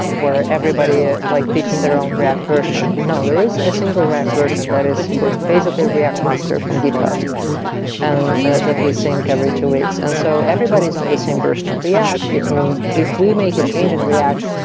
where everybody ah like picks their own react version. no. there is a single react version that is basically react master from github and that we sync every two weeks. and so everybody is on the same person of react. if if we make a change in react,